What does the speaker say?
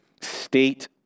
state